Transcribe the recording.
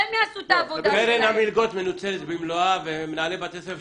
קרן המלגות מנוצלת במלואה ומנהלי בתי ספר,